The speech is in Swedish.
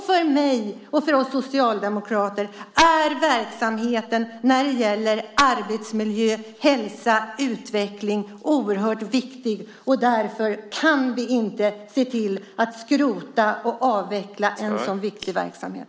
För mig och för oss socialdemokrater är verksamheten när det gäller arbetsmiljö, hälsa och utveckling oerhört viktig. Därför kan vi inte skrota och avveckla en sådan viktig verksamhet.